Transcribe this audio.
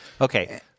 Okay